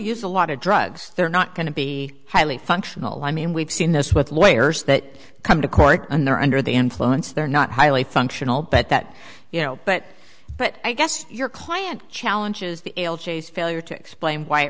use a lot of drugs they're not going to be highly functional i mean we've seen this with lawyers that come to court and they're under the influence they're not highly functional but that you know but but i guess your client challenges the failure to explain why